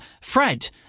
fred